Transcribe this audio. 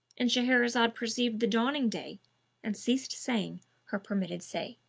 and shahrazad perceived the dawn of day and ceased to say her permitted say.